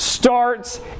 starts